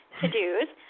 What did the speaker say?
to-dos